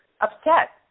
upset